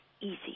easy